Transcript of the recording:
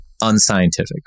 unscientific